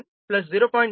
91 0